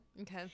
Okay